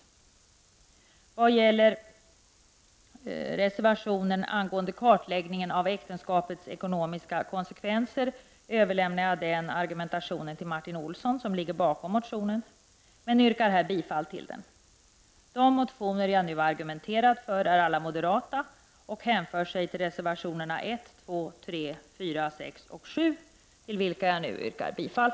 Argumentationen för reservationen angående kartläggning av äktenskapets ekonomiska konsekvenser överlämnar jag till Martin Olsson, som ligger bakom motionen, men yrkar här bifall till den. De motioner jag nu har argumenterat för är alla moderata och hänför sig till reservationerna 1, 2, 3,4, 6 och 7, till vilka jag nu yrkar bifall.